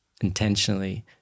intentionally